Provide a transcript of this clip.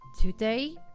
Today